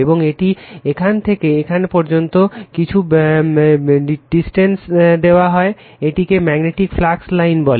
এবং এটি এখান থেকে এখানে পর্যন্ত কিছু ডিসটেন্স নেওয়া হয় এটিকে ম্যাগনেটিক ফ্লাক্স লাইন বলে